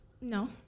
No